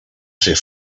ser